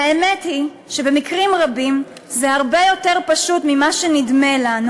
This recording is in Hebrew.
והאמת היא שבמקרים רבים זה הרבה יותר פשוט ממה שנדמה לנו.